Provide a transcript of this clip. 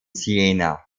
siena